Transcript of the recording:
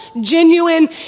genuine